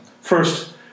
First